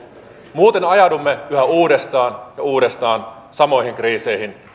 muuten ajaudumme yhä uudestaan ja uudestaan samoihin kriiseihin